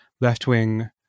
left-wing